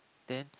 then